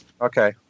Okay